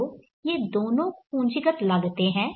तो ये दोनों पूंजीगत लागतें हैं